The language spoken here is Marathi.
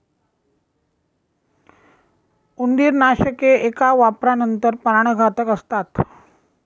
उंदीरनाशके एका वापरानंतर प्राणघातक असतात